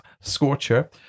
Scorcher